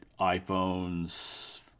iPhones